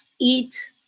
eat